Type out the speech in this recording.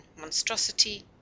monstrosity